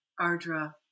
Ardra